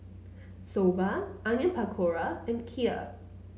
Soba Onion Pakora and Kheer